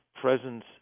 presence